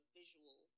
visual